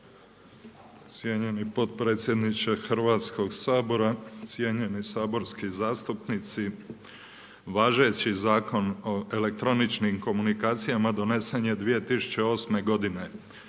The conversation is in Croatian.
Cijenjeni potpredsjedniče Hrvatskog sabora, cijenjeni saborski zastupnici. Važeći Zakon o elektroničkim komunikacijama donesen nje 2008. godine